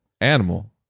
Animal